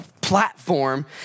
platform